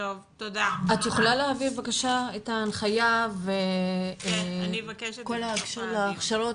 את יכולה להעביר בבקשה את ההנחיה וכל הקשור להכשרות